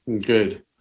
Good